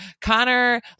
Connor